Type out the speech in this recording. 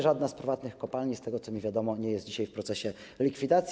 Żadna z prywatnych kopalni z tego, co mi wiadomo, nie jest dzisiaj w procesie likwidacji.